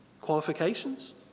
Qualifications